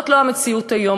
זאת לא המציאות היום,